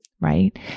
right